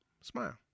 smile